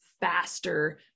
faster